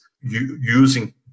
using